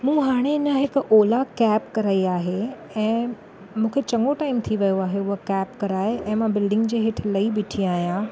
मूं हाणे अञा हिकु ओला कैब कराई आहे ऐं मूंखे चङो टाइम थी वियो आहे उहा कैब कराए ऐं मां बिल्डिंग जे हेठि लही बीठी आहियां